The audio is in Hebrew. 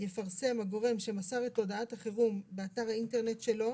יפרסם הגורם שמסר את הודעת החירום באתר האינטרנט שלו